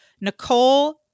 Nicole